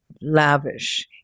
lavish